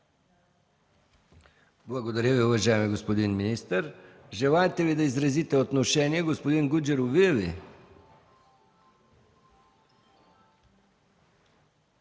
Благодаря Ви, уважаеми господин министър. Желаете ли да изразите отношение? Господин Гуджеров,